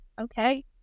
okay